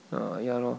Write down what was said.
ah ya lor